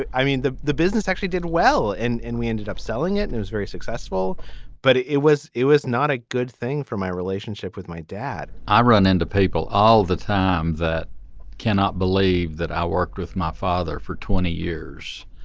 i mean the the business actually did well and and we ended up selling it and it was very successful but it it was it was not a good thing for my relationship with my dad i run into people all the time that cannot believe that i worked with my father for twenty years.